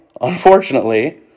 unfortunately